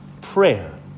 prayer